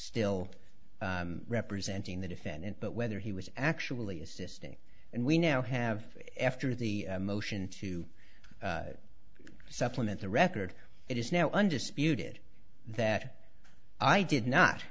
still representing the defendant but whether he was actually assisting and we now have efter the motion to supplement the record it is now undisputed that i did not